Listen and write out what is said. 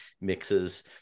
mixes